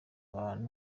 abantu